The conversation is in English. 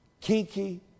Kinky